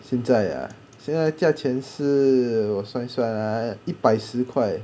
现在 ah 现在价钱是我算一算 ah 一百四十块